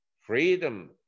freedom